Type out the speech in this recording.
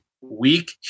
weak